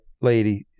lady